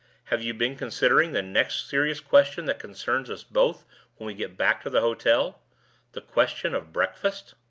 have you been considering the next serious question that concerns us both when we get back to the hotel the question of breakfast